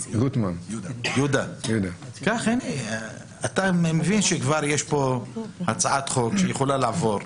אתה מבין שיש פה כבר הצעת חוק שיכולה לעבור.